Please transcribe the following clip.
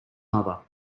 mother